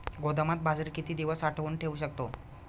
गोदामात बाजरी किती दिवस साठवून ठेवू शकतो?